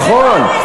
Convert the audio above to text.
נכון,